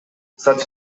such